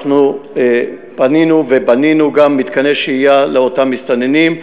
אנחנו פנינו ובנינו גם מתקני שהייה לאותם מסתננים,